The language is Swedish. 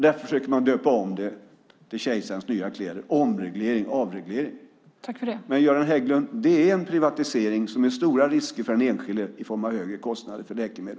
Därför försöker man döpa om det till avreglering och omreglering - som kejsarens nya kläder. Det är en privatisering som innebär stora risker för den enskilde och för staten i form av högre kostnader för läkemedel.